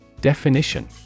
Definition